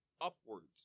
upwards